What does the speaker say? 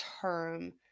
term